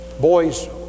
boys